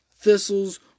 thistles